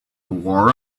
war